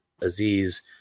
Aziz